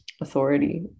authority